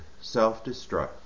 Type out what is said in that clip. self-destruct